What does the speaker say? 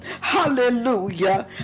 hallelujah